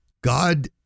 God